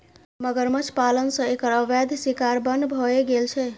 मगरमच्छ पालन सं एकर अवैध शिकार बन्न भए गेल छै